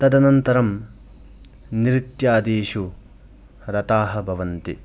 तदनन्तरं नृत्यादिषु रताः भवन्ति